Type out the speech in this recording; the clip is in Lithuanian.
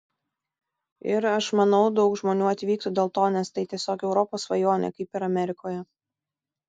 ir aš manau daug žmonių atvyktų dėl to nes tai tiesiog europos svajonė kaip ir amerikoje